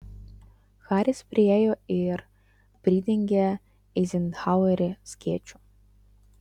haris priėjo ir pridengė eizenhauerį skėčiu